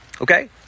Okay